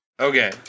Okay